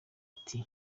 ati